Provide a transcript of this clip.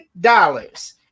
dollars